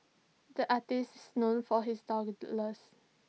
the artist is known for his